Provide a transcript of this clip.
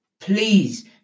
Please